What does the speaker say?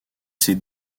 ses